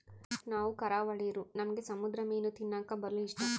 ನಾವು ಕರಾವಳಿರೂ ನಮ್ಗೆ ಸಮುದ್ರ ಮೀನು ತಿನ್ನಕ ಬಲು ಇಷ್ಟ